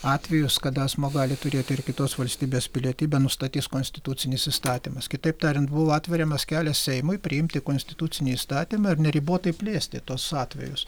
atvejus kada asmuo gali turėti ir kitos valstybės pilietybę nustatys konstitucinis įstatymas kitaip tariant buvo atveriamas kelias seimui priimti konstitucinį įstatymą ir neribotai plėsti tuos atvejus